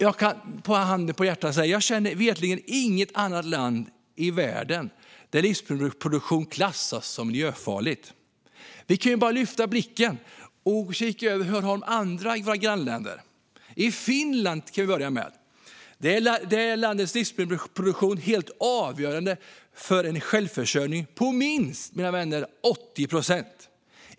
Jag kan med handen på hjärtat säga: Jag känner inte till något annat land i världen där livsmedelsproduktion klassas som något miljöfarligt. Vi kan lyfta blicken och kika på våra grannländer. I Finland är landets livsmedelsproduktion helt avgörande för en självförsörjning som ligger på - mina vänner - minst 80 procent.